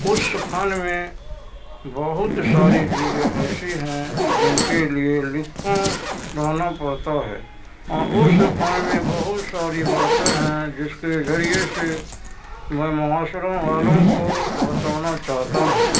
اس فن میں بہت ساری چیزیں ایسی ہیں جن کے لیے لکھوں ڈھونا پڑتا ہے ہاں اس فن میں بہت ساری باتیں ہیں جس کے ذریعے سے میں معاشروں والوں کو بتانا چاہتا ہوں